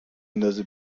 ندازه